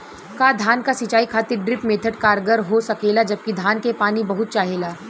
का धान क सिंचाई खातिर ड्रिप मेथड कारगर हो सकेला जबकि धान के पानी बहुत चाहेला?